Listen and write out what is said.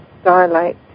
starlight